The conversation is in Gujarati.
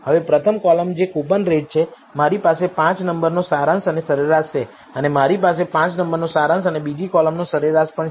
હવે પ્રથમ કોલમ જે કૂપનરેટ છે મારી પાસે 5 નંબરનો સારાંશ અને સરેરાશ છે અને મારી પાસે 5 નંબરનો સારાંશ અને બીજી કોલમનો સરેરાશ પણ છે